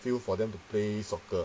field for them to play soccer